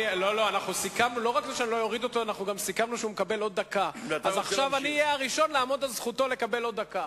בזמנו שהוא ראש הממשלה של כו-לם.